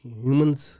humans